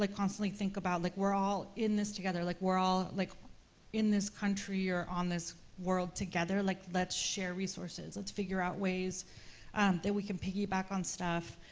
like constantly think about like we're all in this together, like, we're all like in this country, or on this world together. like let's share resources. let's figure out ways we can piggyback on stuff.